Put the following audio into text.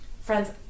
friends